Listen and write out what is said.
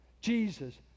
Jesus